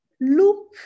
look